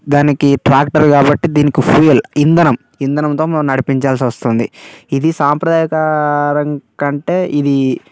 దానికి ట్రాక్టర్ కాబట్టి దీనికి ఫ్యూయల్ ఇంధనం ఇంధనంతో నడిపించాల్సొస్తుంది ఇది సాంప్రదాయకరం కంటే ఇది